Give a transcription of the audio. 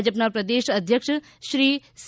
ભાજપનાં પ્રદેશ અધ્યક્ષ શ્રી સી